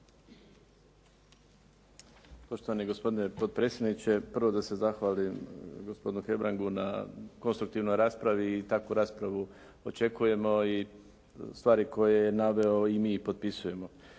Poštovani gospodine potpredsjedniče. Prvo da se zahvalim gospodinu Hebrangu na konstruktivnoj raspravi i takvu raspravu očekujemo. I stvari koje je naveo i mi potpisujemo.